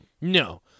No